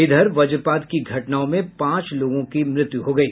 इधर वज्रपात की घटनाओं में पांच लोगों की मृत्यु हो गयी